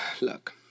look